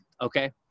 okay